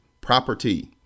property